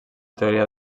teoria